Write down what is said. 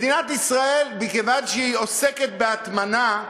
מדינת ישראל, מכיוון שהיא עוסקת בהטמנה,